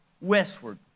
westward